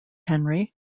henry